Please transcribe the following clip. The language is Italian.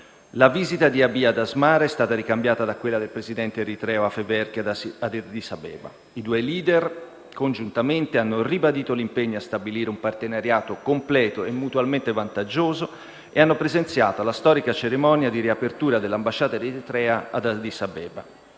La visita di Abiy ad Asmara è stata ricambiata da quella del presidente eritreo Afewerki ad Addis Abeba. I due *leader* congiuntamente hanno ribadito l'impegno a stabilire un partenariato completo e mutualmente vantaggioso ed hanno presenziato alla storica cerimonia di riapertura dell'ambasciata eritrea ad Addis Abeba.